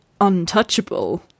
untouchable